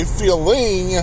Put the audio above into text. feeling